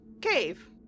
cave